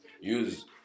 use